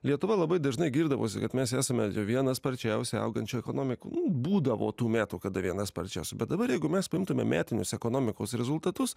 lietuva labai dažnai girdavosi kad mes esame viena sparčiausiai augančių ekonomikų būdavo tų metų kada viena sparčiausių bet dabar jeigu mes priimtume metinius ekonomikos rezultatus